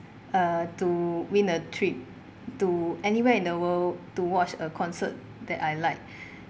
uh to win a trip to anywhere in the world to watch a concert that I like